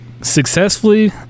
successfully